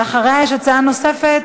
לאחריה יש הצעה נוספת,